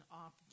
off